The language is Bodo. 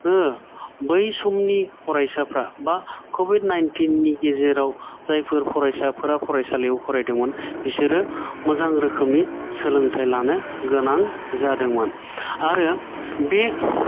बै समनि फरायसाफ्रा बा कभिद नाइनतिन नि गेजेराव जायफोर फरायसाफ्रा फरायसालियाव फरायदोंमोन बिसोरो मोजां रोखोमनि सोलोंथाइ लानो गोनां जादोंमोन आरो बे